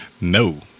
No